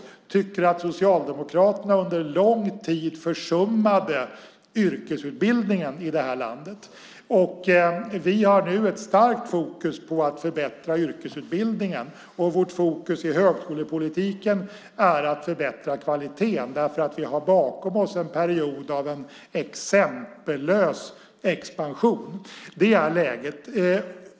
Vi tycker att Socialdemokraterna under lång tid försummade yrkesutbildningen i det här landet. Vi har nu ett starkt fokus på att förbättra högskoleutbildningen. Vårt fokus i högskolepolitiken är att förbättra kvaliteten. Vi har bakom oss en period av exempellös expansion. Det är läget.